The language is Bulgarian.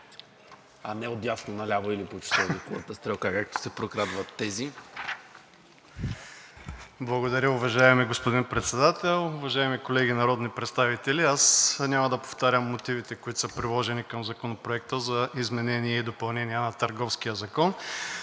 а не от дясно на ляво или по часовниковата стрелка, както се прокрадват тези. МИЛЕН МАТЕЕВ (ГЕРБ-СДС): Благодаря, уважаеми господин Председател. Уважаеми колеги народни представители, няма да повтарям мотивите, които са приложени към Законопроекта за изменение и допълнение на Търговския закон,